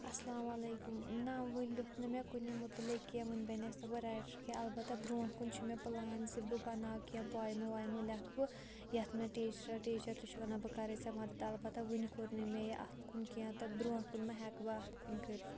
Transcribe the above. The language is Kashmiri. اَلسلامُ علیکُم نَہ وُنہِ لیٚوکھ نہٕ مےٚ کُنے مُتعلِق کیٚنٛہہ وُنہِ بَنییَس نہٕ بہٕ رایٹَر کیٚنٛہہ اَلبتہ برٛونٛٹھ کُن چھُ مےٚ پٕلان زِ بہٕ بَناو کیٚنٛہہ پۄیمہٕ وۄیمہٕ لیٚکھہٕ بہٕ یَتھ مےٚ ٹیٖچرو ٹیٖچَر تہِ چھُ وَنان بہٕ کَرَے ژےٚ مَدَد اَلبَتہ وُنہِ کوٚر نہٕ مےٚ یہِ اَتھ کُن کیٚنٛہہ تہٕ برٛونٛٹھ کُن ما ہیٚکہٕ بہٕ اَتھ کُن کٔرِتھ